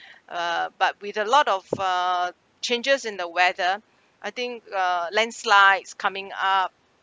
uh but with a lot of uh changes in the weather I think uh landslides coming up